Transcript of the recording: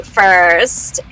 first